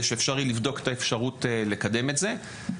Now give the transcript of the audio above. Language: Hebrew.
שאפשר יהיה לבדוק את האפשרות לקדם את זה.